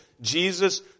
Jesus